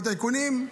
הטייקונים,